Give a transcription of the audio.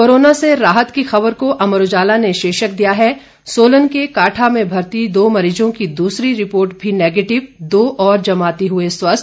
corona से राहत की खबर को अमर उजाला ने शीर्षक दिया है सोलन के काठा में भर्ती दो मरीजों की दूसरी रिपोर्ट भी नेगेटिव दो और जमाती हुए स्वस्थ